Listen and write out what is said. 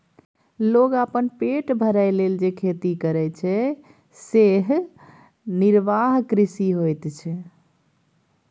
लोक अपन पेट भरय लेल जे खेती करय छै सेएह निर्वाह कृषि होइत छै